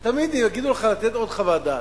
תמיד יגידו לך לתת עוד חוות דעת.